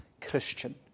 Christian